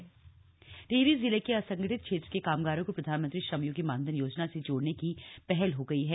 Tehri PM SYM Tehri जिले के असंगठित क्षेत्र के कामगारों को प्रधानमंत्री श्रमयोगी मानधन योजना से जोड़ने की पहल हो गयी है